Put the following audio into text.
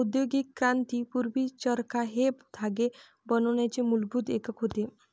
औद्योगिक क्रांती पूर्वी, चरखा हे धागे बनवण्याचे मूलभूत एकक होते